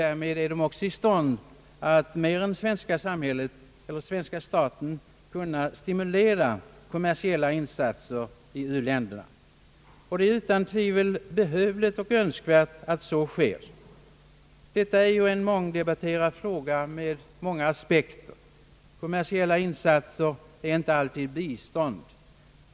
Därmed är de också i stånd att mera än svenska staten kunna stimulera kommersiella insatser i u-länderna. Det är utan tvivel behövligt och önskvärt att så sker. Detta är en mångdebatterad fråga med många aspekter. Kommersiella insatser är inte alltid bistånd.